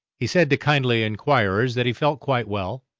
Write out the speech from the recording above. he said to kindly enquirers that he felt quite well,